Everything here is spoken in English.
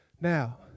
Now